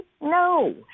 No